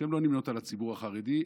שהן לא נמנות עם הציבור החרדי,